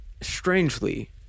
strangely